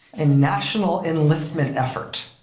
a national enlistment effort.